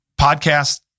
podcast